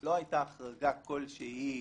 לא היתה החרגה כלשהי